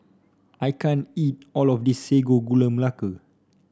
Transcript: I can't eat all of this Sago Gula Melaka